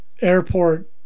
Airport